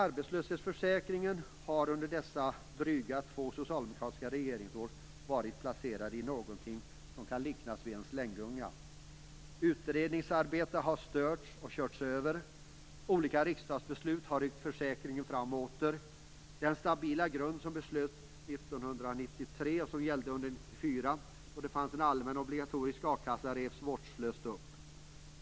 Arbetslöshetsförsäkringen har under dessa drygt två socialdemokratiska regeringsår varit placerad i någonting som kan liknas vid en slänggunga. Utredningsarbetet har störts och körts över. Olika riksdagsbeslut har ryckt försäkringen fram och åter. Den stabila grund som beslöts 1993 och som gällde under 1994, då det fanns en allmän och obligatorisk a-kassa, revs vårdslöst upp.